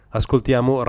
ascoltiamo